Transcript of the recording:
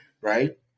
right